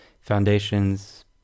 Foundation's